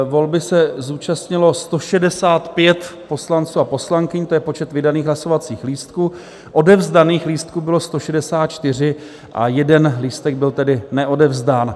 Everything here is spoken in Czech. Volby se zúčastnilo 165 poslanců a poslankyň, to je počet vydaných hlasovacích lístků, odevzdaných lístků bylo 164, a 1 lístek byl tedy neodevzdán.